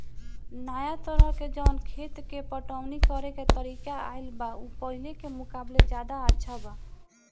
नाया तरह के जवन खेत के पटवनी करेके तरीका आईल बा उ पाहिले के मुकाबले ज्यादा अच्छा बा